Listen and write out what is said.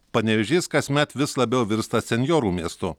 panevėžys kasmet vis labiau virsta senjorų miestu